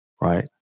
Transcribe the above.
right